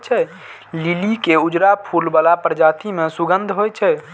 लिली के उजरा फूल बला प्रजाति मे सुगंध होइ छै